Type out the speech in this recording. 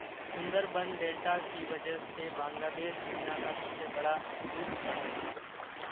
Sundarban delta की वजह से बांग्लादेश दुनिया का सबसे बड़ा जूट उत्पादक है